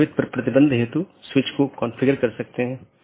एक अन्य अवधारणा है जिसे BGP कंफेडेरशन कहा जाता है